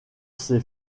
c’est